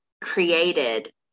created